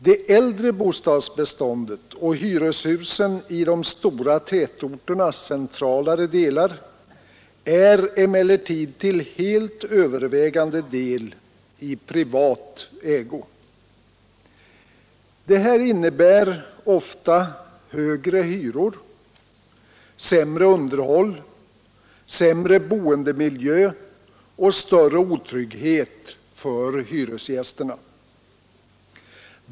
Det äldre bostadsbeståndet och hyreshusen i de stora tätorternas centralare delar är emellertid till helt övervägande del i privat ägo. Detta innebär ofta högre hyror, sämre underhåll, sämre boendemiljö och större otrygghet för hyresgästerna.